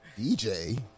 DJ